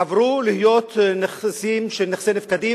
עברו להיות נכסים של נכסי נפקדים,